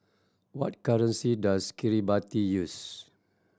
what currency does Kiribati use